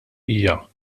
hija